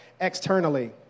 externally